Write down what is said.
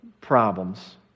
problems